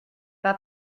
pas